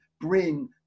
bring